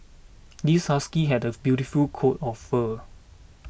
this husky had a beautiful coat of fur